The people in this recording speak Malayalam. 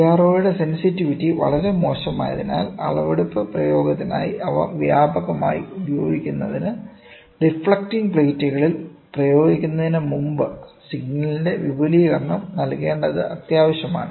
സിആർഒയുടെ സെൻസിറ്റിവിറ്റി വളരെ മോശമായതിനാൽ അളവെടുപ്പ് പ്രയോഗത്തിനായി അവ വ്യാപകമായി ഉപയോഗിക്കുന്നതിന് ഡിഫ്ലക്ട്ടിംഗ് പ്ലേറ്റുകളിൽ പ്രയോഗിക്കുന്നതിന് മുമ്പ് സിഗ്നലിന്റെ വിപുലീകരണം നൽകേണ്ടത് അത്യാവശ്യമാണ്